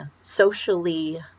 socially